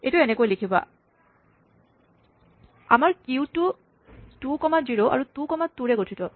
এইটো এনেকে লিখিবা আমাৰ কিউটো টু কমা জিৰ' আৰু টু কমা টু ৰে গঠিত